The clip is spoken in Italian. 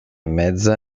mezza